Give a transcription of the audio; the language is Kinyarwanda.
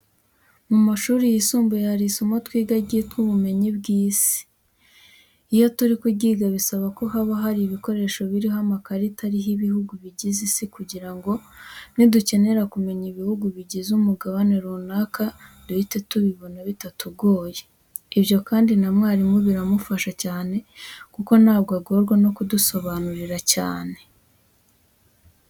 Mu mashuri yisumbuye hari isomo twiga ryitwa ubumenyi bw'Isi. Iyo turi kuryiga bisaba ko haba hari ibikoresho biriho amakarita ariho ibihugu bigize Isi kugira ngo nidukenera kumenya ibihugu bigize umugabane runaka duhite tubibona bitatugoye. Ibyo kandi na mwarimu biramufasha cyane kuko ntabwo agorwa no kudusobanurira cyane.